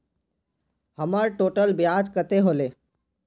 हमर टोटल ब्याज कते होले?